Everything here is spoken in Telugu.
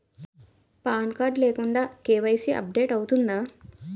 పాన్ కార్డ్ లేకుండా కే.వై.సీ అప్ డేట్ అవుతుందా?